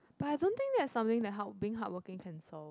but I don't think that's something that how being hard working can solve